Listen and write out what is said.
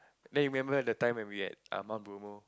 then you remember the time when we were at mount-Bromo